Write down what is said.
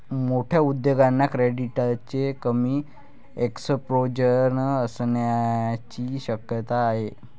मोठ्या उद्योगांना क्रेडिटचे कमी एक्सपोजर असण्याची शक्यता आहे